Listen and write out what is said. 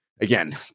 Again